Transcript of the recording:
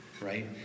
right